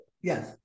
Yes